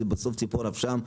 שזו בסוף ציפור נפשם?